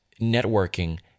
networking